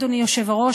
אדוני היושב-ראש,